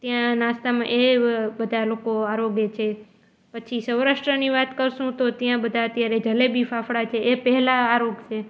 ત્યાં નાસ્તામાં એ બધા લોકો આરોગે છે પછી સૌરાષ્ટ્રની વાત કરશું તો ત્યાં બધા અત્યારે જલેબી ફાફડા છે એ પહેલાં આરોગશે